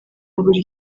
buri